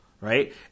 right